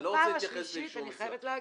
בפעם השלישית אני חייבת להגיע.